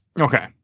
Okay